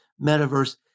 metaverse